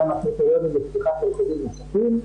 מהם הקריטריונים לפתיחת מרכזים נוספים.